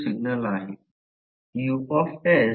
तर या प्रकरणात मला ते स्पष्ट करू द्या